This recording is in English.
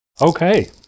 Okay